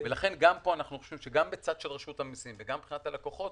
לכן גם בצד של רשות המיסים וגם מבחינת הלקוחות